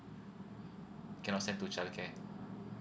cannot send to childcare